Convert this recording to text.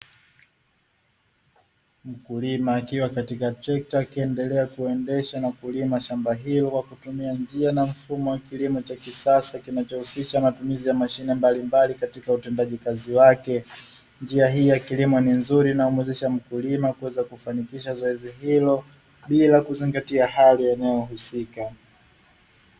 Mkulima akiwa katika trekta akiendelea kuendesha na kulima shamba hilo kwa kutumia njia na mfumo wa kilimo cha kisasa, kinacho husisha matumizi ya mashine mbalimbali katika utendaji kazi wake, njia hii ya kilimo ni nzuri inayomuwezesha mkulima kuweza kufanikisha zoezi hilo bila kuzingatia hali ya eneo husika.